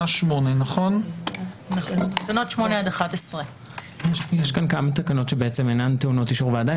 8. תקנו ת 8 עד 11. יש כאן כמה תקנות שאינן טעונות אישור ועדה.